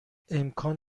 امکان